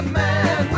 man